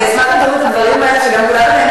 אני אשמח אם תאמרו את הדברים האלה כך שגם כולנו ניהנה